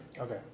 Okay